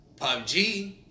PUBG